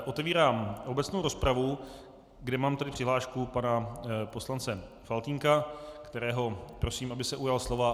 Otevírám obecnou rozpravu, kde mám tedy přihlášku pana poslance Faltýnka, kterého prosím, aby se ujal slova.